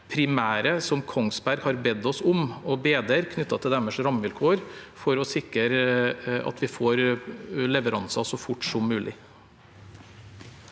det primære Kongsberg har bedt oss om å bedre, knyttet til deres rammevilkår, for å sikre at vi får leveranser så fort som mulig.